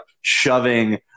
shoving